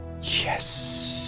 yes